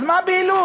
אז מה הבהילות?